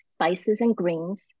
spicesandgreens